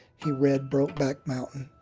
he read brokeback mountain